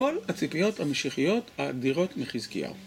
כל הציפיות המשיחיות האדירות מחזקיה.